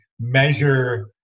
measure